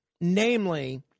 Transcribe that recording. Namely